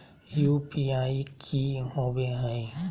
UPI की होवे हय?